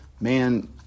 man